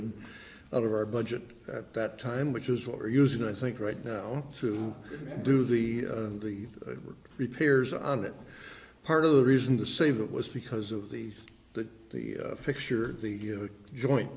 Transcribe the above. d out of our budget at that time which is what we're using i think right now to do the the repairs on that part of the reason to save it was because of the the the picture the joint